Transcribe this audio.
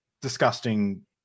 disgusting